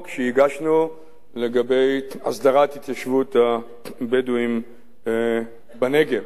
שהגשנו לגבי הסדרת התיישבות הבדואים בנגב.